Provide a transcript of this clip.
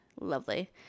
lovely